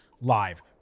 live